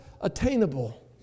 attainable